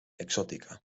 exótica